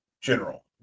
General